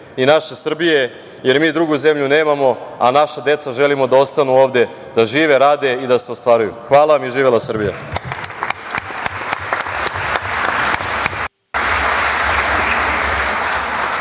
i naše Srbije jer mi drugu zemlju nemamo, a našoj deci želimo da ostanu ovde, da žive, rade i da se ostvaruju. Hvala vam i živela Srbija.